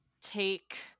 take